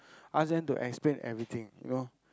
ask them to explain everything you know